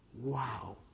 wow